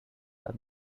are